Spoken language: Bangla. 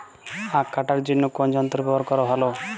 আঁখ কাটার জন্য কোন যন্ত্র ব্যাবহার করা ভালো?